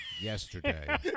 yesterday